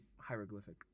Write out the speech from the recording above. hieroglyphic